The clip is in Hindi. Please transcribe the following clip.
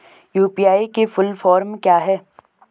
यु.पी.आई की फुल फॉर्म क्या है?